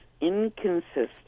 inconsistent